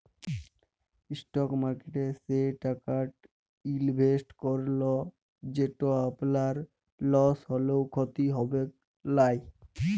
stock মার্কেটে সে টাকাট ইলভেসেট করুল যেট আপলার লস হ্যলেও খ্যতি হবেক লায়